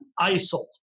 ISIL